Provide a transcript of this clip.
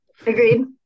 Agreed